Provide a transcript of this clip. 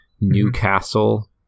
Newcastle